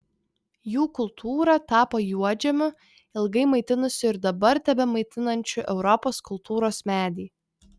jų kultūra tapo juodžemiu ilgai maitinusiu ir dabar tebemaitinančiu europos kultūros medį